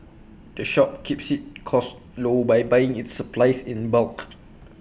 the shop keeps its costs low by buying its supplies in bulk